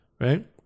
right